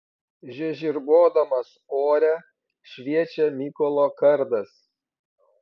žiežirbuodamas ore šviečia mykolo kardas